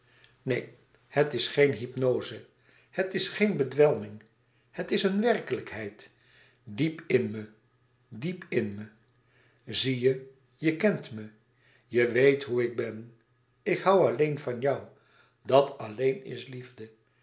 neen het is geen hypnoze het is geen bedwelming het is een werkelijkheid diep in me diep in me zie je je kent me je weet hoe ik ben ik hoû alleen van jou dat alleen is liefde